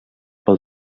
per